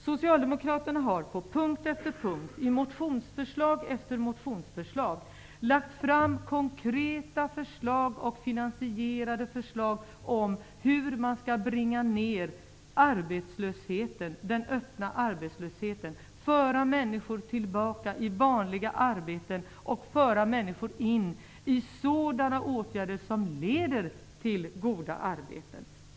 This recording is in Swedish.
Socialdemokraterna har på punkt efter punkt, i motionsförslag efter motionsförslag, lagt fram konkreta finansierade förslag om hur den öppna arbetslösheten skall bringas ned, föra människor tillbaka i vanliga arbeten och föra människor in i sådana åtgärder som leder till goda arbeten.